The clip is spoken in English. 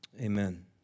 Amen